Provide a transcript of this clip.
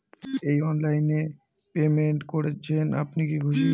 এই অনলাইন এ পেমেন্ট করছেন আপনি কি খুশি?